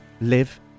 live